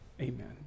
amen